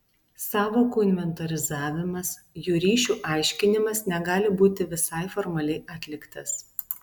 sąvokų inventorizavimas jų ryšių aiškinimas negali būti visai formaliai atliktas